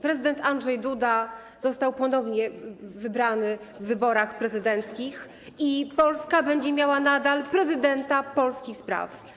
Prezydent Andrzej Duda został ponownie wybrany w wyborach prezydenckich i Polska będzie miała nadal prezydenta polskich spraw.